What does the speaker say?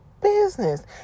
business